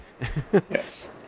Yes